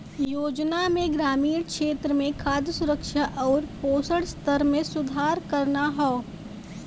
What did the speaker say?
योजना में ग्रामीण क्षेत्र में खाद्य सुरक्षा आउर पोषण स्तर में सुधार करना हौ